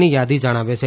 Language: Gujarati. ની યાદી જણાવે છે